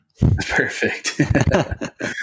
perfect